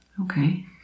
okay